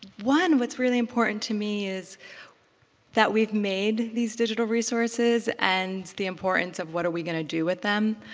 one, what's really important to me is that we've made these digital resources and the importance of what are we going to do with them.